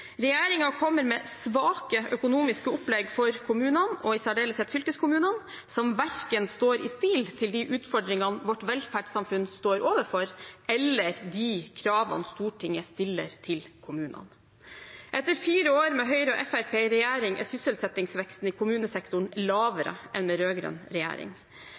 kommer med svake økonomiske opplegg for kommunene, og i særdeleshet fylkeskommunene, som verken står i stil med de utfordringene vårt velferdssamfunn står overfor, eller de kravene Stortinget stiller til kommunene. Etter fire år med Høyre og Fremskrittspartiet i regjering er sysselsettingsveksten i kommunesektoren lavere enn med rød-grønn regjering.